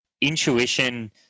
intuition